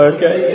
Okay